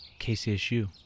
KCSU